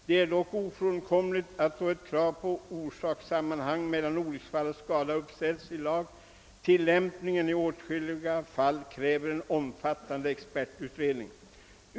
Det är dock ofrånkomligt att då ett krav på orsakssammanhang mellan olycksfall och skada uppställs i lag tillämpningen i åtskilliga fall kräver en omfattande expertutredning.